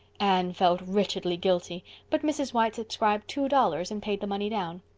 anne felt wretchedly guilty but mrs. white subscribed two dollars and paid the money down.